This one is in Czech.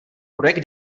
projekt